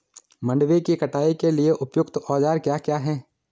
मंडवे की कटाई के लिए उपयुक्त औज़ार क्या क्या हैं?